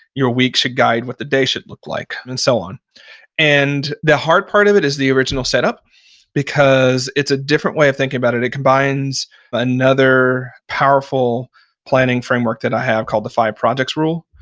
your week should guide what the day should look like. and so on and the hard part of it is the original setup because it's a different way of thinking about it. it combines another powerful planning framework that i have called the five projects rule,